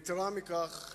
יתירה מכך,